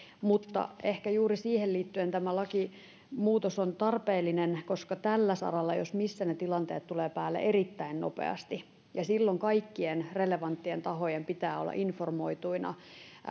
ehkä juuri siihen liittyen tämä lakimuutos on tarpeellinen koska tällä saralla jos missä ne tilanteet tulevat päälle erittäin nopeasti ja silloin kaikkien relevanttien tahojen pitää olla informoituina